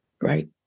Right